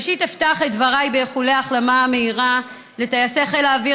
ראשית אפתח את דבריי באיחולי החלמה מהירה לטייסי חיל האוויר